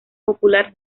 popular